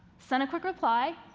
send a quick reply,